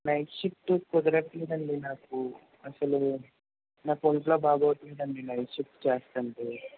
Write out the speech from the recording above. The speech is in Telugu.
నైట్ షిఫ్ట్ కుదరట్లేదండి నాకు అసలు నాకు ఒంట్లో బాగోట్లేదండి నైట్ షిఫ్ట్ చేస్తుంటే